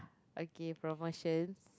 okay promotion